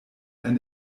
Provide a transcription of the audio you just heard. ein